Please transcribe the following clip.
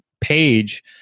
page